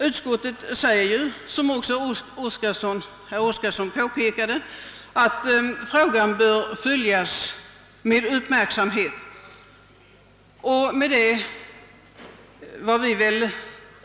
Ut skottet anför, som också herr Oskarson påpekade, att frågan bör följas med uppmärksamhet.